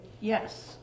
Yes